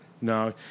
No